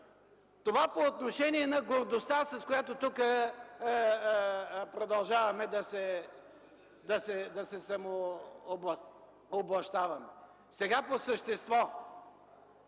Това – по отношение на гордостта, с която тук продължаваме да се самооблащаваме. Сега – по същество.